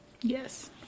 Yes